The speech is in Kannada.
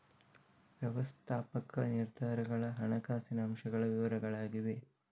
ವ್ಯವಸ್ಥಾಪಕ ನಿರ್ಧಾರಗಳ ಹಣಕಾಸಿನ ಅಂಶಗಳ ವಿವರಗಳಾಗಿವೆ